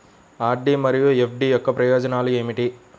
RD మరియు FD యొక్క ప్రయోజనాలు ఏమిటి?